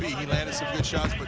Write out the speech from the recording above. he landed some good shots. but